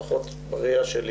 לפחות בראיה שלי,